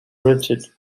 rigid